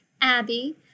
Abby